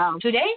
today